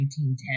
1910